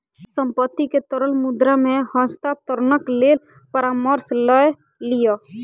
संपत्ति के तरल मुद्रा मे हस्तांतरणक लेल परामर्श लय लिअ